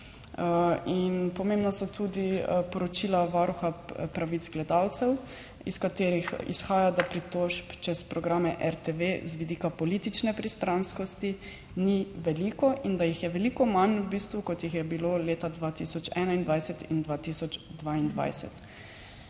in pomembna so tudi poročila Varuha pravic gledalcev, iz katerih izhaja, da pritožb čez programe RTV z vidika politične pristranskosti ni veliko, in da jih je veliko manj v bistvu, kot jih je bilo leta 2021 in 2022,